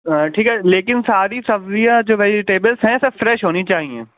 ٹھیک ہے لیکن ساری سبزیاں جو ویجٹیبلس ہیں سب فریش ہونی چاہئیں